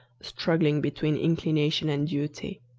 struggling between inclination and duty.